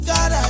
God